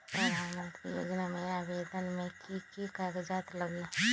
प्रधानमंत्री योजना में आवेदन मे की की कागज़ात लगी?